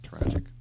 Tragic